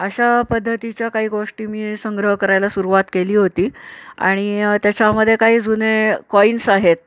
अशा पद्धतीच्या काही गोष्टी मी संग्रह करायला सुरवात केली होती आणि त्याच्यामदे काही जुने कॉईन्स आहेत